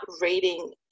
reading